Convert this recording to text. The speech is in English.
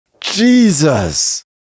Jesus